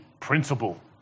principle